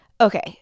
Okay